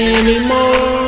anymore